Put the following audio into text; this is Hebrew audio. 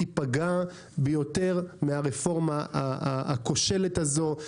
יפגע ביותר מהרפורמה הכושלת הזאת